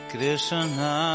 Krishna